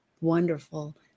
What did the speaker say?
wonderful